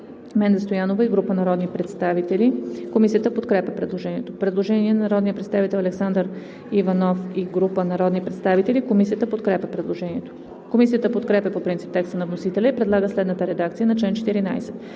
Стоянова и група народни представители. Комисията подкрепя предложението. Предложение на народния представител Александър Иванов и група народни представители. Комисията подкрепя предложението. Комисията подкрепя по принцип текста на вносителя и предлага следната редакция на чл. 14: